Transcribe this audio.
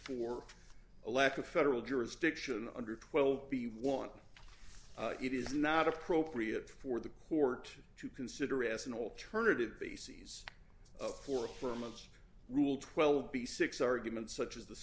for a lack of federal jurisdiction under twelve b want it is not appropriate for the court to consider as an alternative bases of court for months rule twelve b six arguments such as the